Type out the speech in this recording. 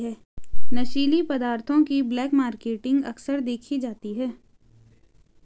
नशीली पदार्थों की ब्लैक मार्केटिंग अक्सर देखी जाती है